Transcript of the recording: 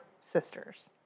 sisters